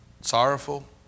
sorrowful